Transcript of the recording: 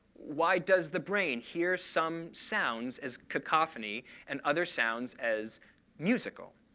why does the brain hear some sounds as cacophony and other sounds as musical?